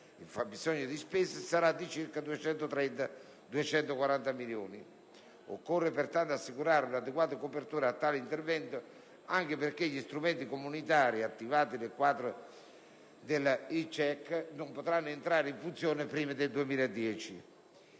fabbisogno di spesa sarà di circa 230-240 milioni. Occorre, pertanto, assicurare un'adeguata copertura a tale intervento anche perché gli strumenti comunitari recentemente attivati nel quadro della *health check* non potranno entrare in funzione prima del 2010.